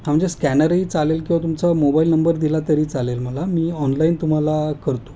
हा म्हणजे स्कॅनरही चालेल किंवा तुमचा मोबाईल नंबर दिला तरी चालेल मला मी ऑनलाईन तुम्हाला करतो